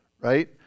right